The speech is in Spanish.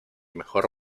mejor